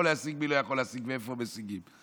להשיג ומי לא יכול להשיג ומאיפה משיגים.